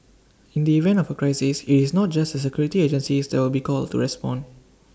in the event of A crisis IT is not just the security agencies that will be called to respond